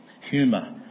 humour